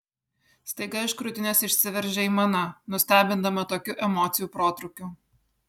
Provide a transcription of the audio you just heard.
staiga iš krūtinės išsiveržė aimana nustebindama tokiu emocijų protrūkiu